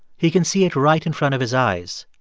he can see it right in front of his eyes.